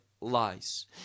lies